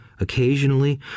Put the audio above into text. occasionally